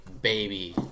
baby